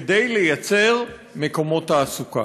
כדי לייצר מקומות תעסוקה.